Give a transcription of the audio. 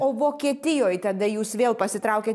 o vokietijoj tada jūs vėl pasitraukėt